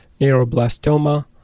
Neuroblastoma